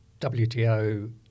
WTO